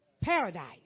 Paradise